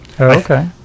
Okay